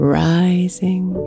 rising